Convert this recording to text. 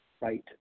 right